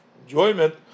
enjoyment